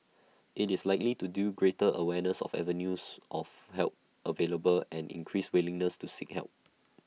IT is likely to due greater awareness of avenues of help available and increased willingness to seek help